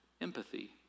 empathy